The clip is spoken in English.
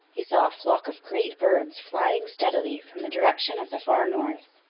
he saw a flock of great birds flying steadily from the direction of the far north.